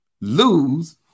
lose